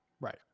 Right